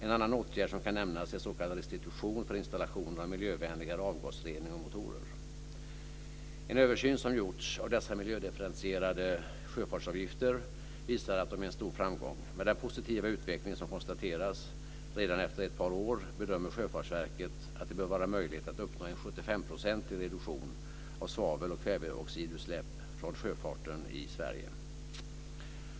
En annan åtgärd som kan nämnas är s.k. restitution för installationer av miljövänligare avgasrening och motorer. En översyn som gjorts av dessa miljödifferentierade sjöfartsavgifter visar att de är en stor framgång. Med den positiva utveckling som konstateras redan efter ett par år bedömer Sjöfartsverket att det bör vara möjligt att uppnå en 75-procentig reduktion av svavel och kväveoxidutsläppen från sjöfarten i Sverige.